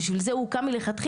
בשביל זה הוא הוקם מלכתחילה,